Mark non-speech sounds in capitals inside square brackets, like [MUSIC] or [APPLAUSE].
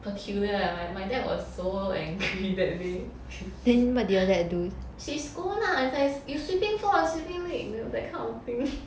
peculiar leh my my dad was so angry that day he scold lah is like you sweeping floor or sweeping me that kind of thing [LAUGHS]